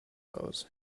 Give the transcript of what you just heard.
aus